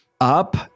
up